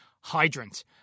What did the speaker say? Hydrant